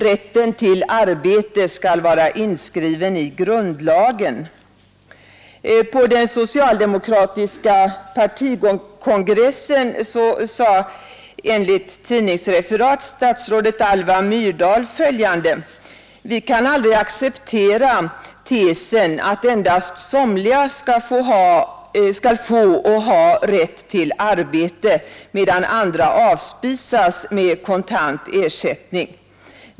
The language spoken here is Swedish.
Rätten till arbete skall vara inskriven i grundlagen.” På den socialdemokratiska partikongressen sade enligt tidningsreferat statsrådet Alva Myrdal följande: ”Vi kan aldrig acceptera tesen att endast somliga skall få och ha rätt till arbete, medan andra avspisas med kontant ersättning.